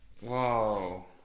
Whoa